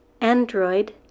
Android